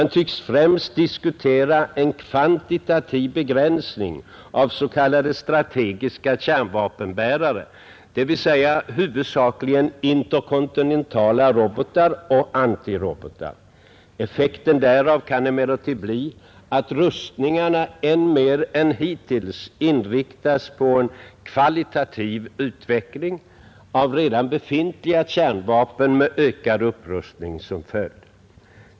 Man tycks främst diskutera en kvantitativ begränsning av s.k. strategiska kärnvapenbärare, dvs. huvudsakligen interkontinentala robotar och antirobotar. Effekten därav kan emellertid bli att rustningarna än mer än hittills inriktas på en kvalitativ utveckling av redan befintliga kärnvapen med ökad upprustning som följd.